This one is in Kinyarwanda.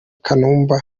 kanumba